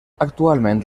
actualment